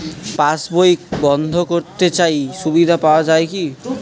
পাশ বই বন্দ করতে চাই সুবিধা পাওয়া যায় কি?